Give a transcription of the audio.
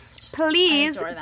please